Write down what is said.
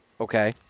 Okay